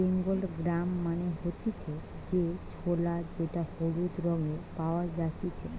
Bengal gram মানে হতিছে যে ছোলা যেটা হলুদ রঙে পাওয়া জাতিছে